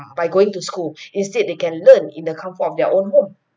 by going to school instead they can learn in the comfort of their own home